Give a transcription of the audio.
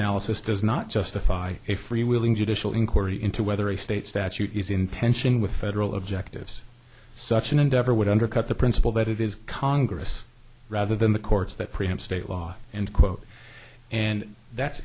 analysis does not justify a free wheeling judicial inquiry into whether a state statute is in tension with federal objectives such an endeavor would undercut the principle that it is congress rather than the courts that preempt state law and quote and that's